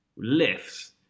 lifts